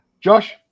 Josh